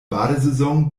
badesaison